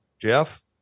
Jeff